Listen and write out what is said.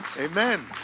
Amen